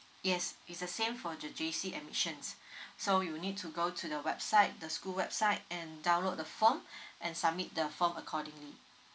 yes it's the same for the J_C admissions so you need to go to the website the school website and download the form and submit the form accordingly